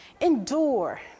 Endure